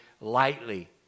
lightly